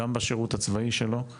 במותו הועלה מדרגת רב״ט לסמל.